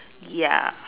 ya